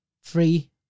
free